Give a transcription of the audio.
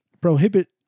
prohibit